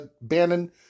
Bannon